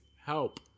help